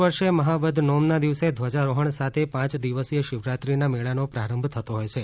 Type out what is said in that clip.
દર વર્ષે મહા વદ નોમના દિવસે ધવજારોહન સાથે પાંચ દિવસીય શિવરાત્રીના મેળાનો પ્રારંભ થતો હોય છે